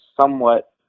somewhat